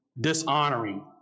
dishonoring